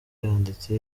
yanditse